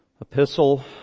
epistle